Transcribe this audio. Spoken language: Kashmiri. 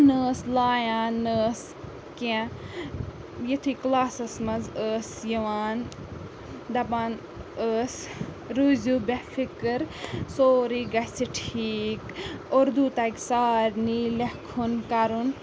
نہ ٲس لایان نہ ٲس کیٚنٛہہ یُِتھُے کٕلاسَس منٛز ٲس یِوان دَپان ٲس روٗزِو بے فِکٕر سورُے گَژھِ ٹھیٖک اُردو تَگہِ سارنی لٮ۪کھُن کَرُن